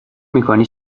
میکنی